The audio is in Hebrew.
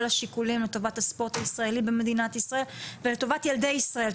השיקולים לטובת הספורט הישראלי במדינת ישראל ולטובת ילדי ישראל,